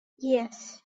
yes